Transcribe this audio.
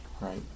right